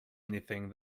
anything